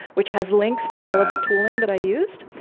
which has links to all of the tooling that i used.